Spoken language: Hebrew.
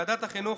ועדת החינוך,